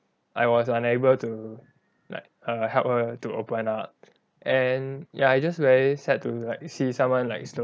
I was unable to like err help her to open up and ya it's just very sad to like see someone like slo~